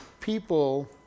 people